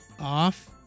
off